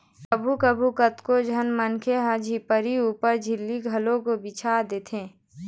कभू कभू कतको झन मनखे ह झिपारी ऊपर झिल्ली घलोक बिछा देथे